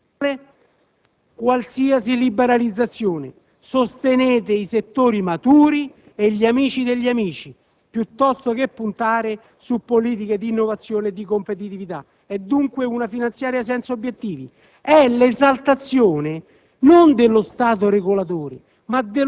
qualsiasi liberalizzazione. Sostenete i settori maturi e gli amici degli amici, piuttosto che puntare su politiche di innovazione e di competitività. È dunque una finanziaria senza obiettivi, l'esaltazione non dello Stato regolatore,